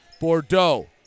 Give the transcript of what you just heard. Bordeaux